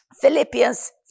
Philippians